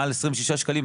מעל 26 שקלים,